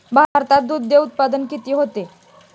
भारतात दुग्धउत्पादन किती होते?